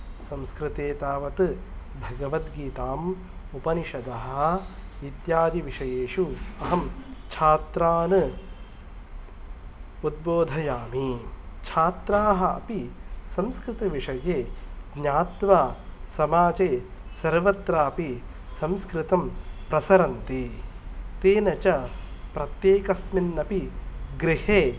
संस्कृते तावत् भगवद्गीतां उपनिषदः इत्यादि विषयेषु अहं छात्रान् उद्बोधयामि छात्राः अपि संस्कृतविषये ज्ञात्वा समाजे सर्वत्रापि संस्कृतं प्रसरन्ति तेन च प्रत्येकस्मिन् अपि गृहे